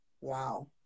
wow